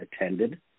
attended